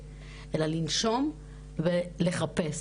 אלא לנשום ולחפש,